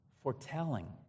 foretelling